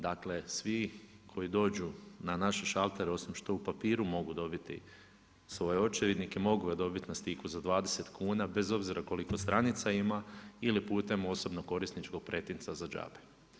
Dakle, svi koji dođu na naše šaltere osim što u papiru mogu dobiti svoje očevidnike mogu ga dobit na stiku za 20 kuna bez obzira koliko stranica ima ili putem osobnog korisničkog pretinca za džabe.